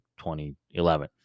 2011